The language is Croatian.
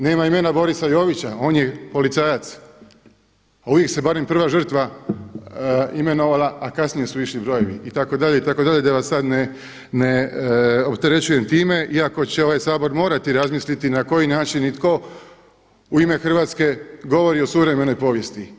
Nema imena Borisa Jovića, on je policajac, a uvijek se barem prva žrtva imenovala, a kasnije su išli brojevi itd. itd. da vas sad ne opterećujem time iako će ovaj Sabor morati razmisliti na koji način i tko u ime Hrvatske govori o suvremenoj povijesti.